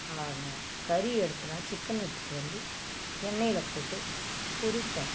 நல்லாயிருக்குங்க கறி எடுத்தன்னா சிக்கன் எடுத்துகிட்டு வந்து எண்ணெயில் போட்டு பொரிப்போம்